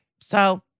So-